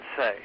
say